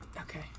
Okay